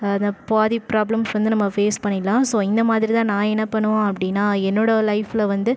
அந்த பாதி ப்ராப்ளம்ஸ் வந்து நம்ம ஃபேஸ் பண்ணிடலாம் ஸோ இந்தமாதிரி தான் நான் என்ன பண்ணுவேன் அப்படினா என்னோடய லைஃப்ல வந்து